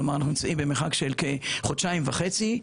זאת אומרת שאנחנו נמצאים במרחק של חודשיים וחצי,